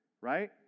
right